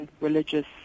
religious